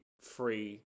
free